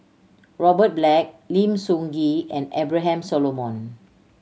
Robert Black Lim Soo Ngee and Abraham Solomon